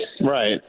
Right